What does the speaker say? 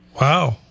Wow